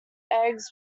eggs